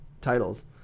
titles